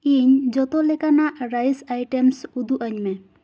ᱤᱧ ᱡᱚᱛᱚ ᱞᱮᱠᱟᱱᱟᱜ ᱨᱟᱭᱤᱥ ᱟᱭᱴᱮᱢᱥ ᱩᱫᱩᱜᱟᱹᱧ ᱢᱮ